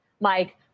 Mike